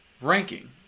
ranking